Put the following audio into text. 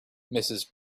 mrs